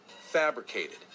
fabricated